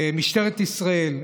משטרת ישראל,